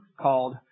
called